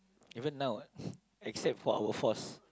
even now [what] except for our false